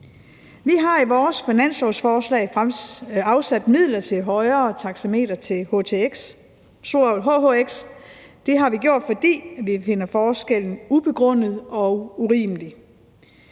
Vi har i vores finanslovsforslag afsat midler til højere taxametre til hhx. Det har vi gjort, fordi vi finder forskellen ubegrundet og urimelig.